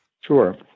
Sure